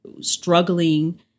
struggling